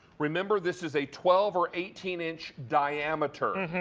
remember, this is a twelve or eighteen inch diameter.